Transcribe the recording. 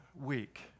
week